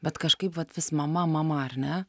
bet kažkaip vat vis mama mama ar ne